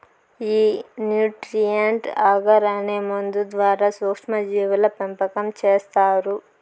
ఈ nutrient agar అనే మందు ద్వారా సూక్ష్మ జీవుల పెంపకం చేస్తారు